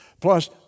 plus